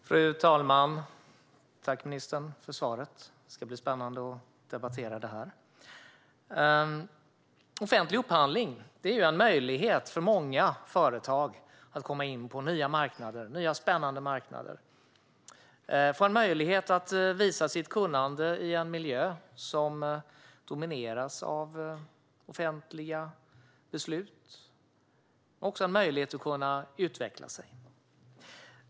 Fru talman! Tack, ministern, för svaret! Det ska bli spännande att debattera det här. Offentlig upphandling är en möjlighet för många företag att komma in på nya, spännande marknader och få en möjlighet att visa sitt kunnande i en miljö som domineras av offentliga beslut. Det innebär också en möjlighet att kunna utvecklas.